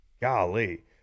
Golly